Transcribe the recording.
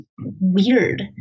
weird